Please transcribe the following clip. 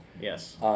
Yes